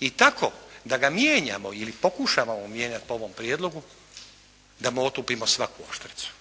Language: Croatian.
i tako da ga mijenjamo ili pokušavamo mijenjati po ovom prijedlogu da mu otupimo svaku oštricu.